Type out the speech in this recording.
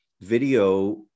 video